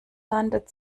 landet